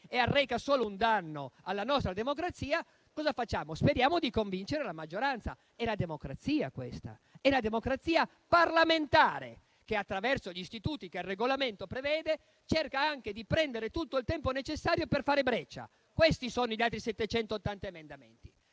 e arreca solo un danno alla nostra democrazia, speriamo di convincere la maggioranza. È la democrazia parlamentare, questa, che attraverso gli istituti che il Regolamento prevede cerca anche di prendere tutto il tempo necessario per fare breccia. Questi sono gli altri 780 emendamenti.